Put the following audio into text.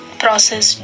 process